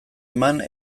eman